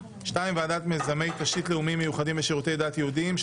2. ועדת מיזמי תשתית לאומיים מיוחדים ושירותי דת יהודיים,